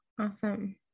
Awesome